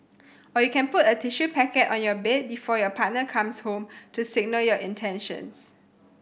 or you can put a tissue packet on your bed before your partner comes home to signal your intentions